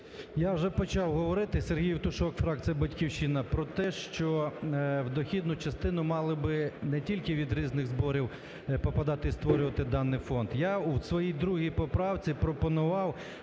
Я вже почав говорити, Сергій Євтушок, фракція "Батьківщина", про те, що в дохідну частину мали би не тільки від різних зборів попадати, створювати даний фонд. Я в своїй другій поправці пропонував,